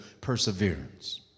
perseverance